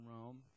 Rome